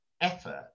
effort